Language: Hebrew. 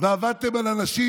ועבדתם על אנשים,